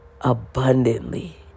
abundantly